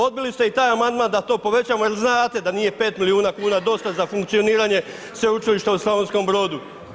Odbili ste i taj amandman da to povećavamo jer znate da nije 5 milijuna kuna dosta za funkcioniranje sveučilišta u Slavonskom Brodu.